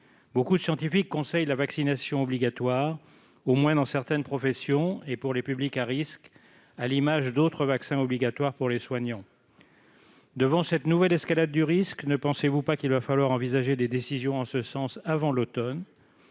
Beaucoup de scientifiques conseillent la vaccination obligatoire, au moins dans certaines professions et pour les publics à risque, à l'instar d'autres vaccins pour les soignants. Devant cette nouvelle escalade du risque, ne pensez-vous pas qu'il va falloir envisager des décisions en ce sens avant l'automne ?